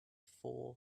four